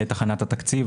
בעת הכנת התקציב,